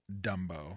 Dumbo